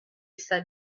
said